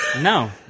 No